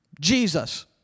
Jesus